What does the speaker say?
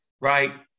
right